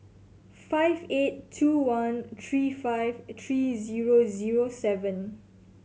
five eight two one three five three zero zero seven